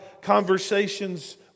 conversations